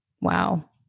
Wow